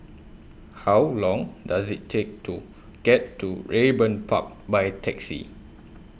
How Long Does IT Take to get to Raeburn Park By Taxi